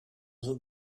that